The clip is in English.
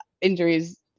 injuries